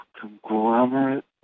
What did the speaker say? conglomerate